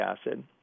acid